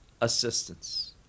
assistance